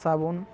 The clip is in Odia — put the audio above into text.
ସାବୁନ୍